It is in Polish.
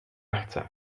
chcę